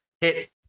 hit